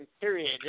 Period